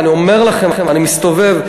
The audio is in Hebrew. אני אומר לכם שאני מסתובב.